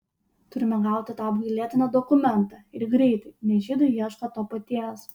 turime gauti tą apgailėtiną dokumentą ir greitai nes žydai ieško to paties